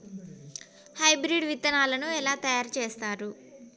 Hybrid విత్తనాలను ఎలా తయారు చేస్తారు?